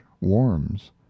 warms